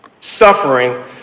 suffering